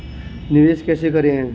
निवेश कैसे करें?